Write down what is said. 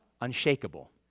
Unshakable